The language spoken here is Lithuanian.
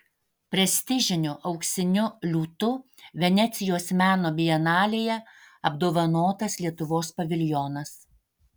prestižiniu auksiniu liūtu venecijos meno bienalėje apdovanotas lietuvos paviljonas